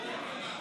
חופשי להצביע,